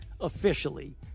officially